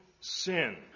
sin